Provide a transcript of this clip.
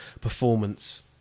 performance